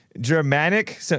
Germanic